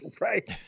Right